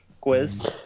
quiz